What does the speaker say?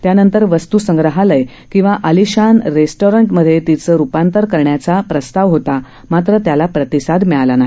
त्यानंतर वस्तूसंग्रहालय किंवा अलिशान रेस्त्रॉमधे तिचं रुपांतर करण्याचा प्रस्ताव होता मात्र त्याला प्रतिसाद मिळाला नाही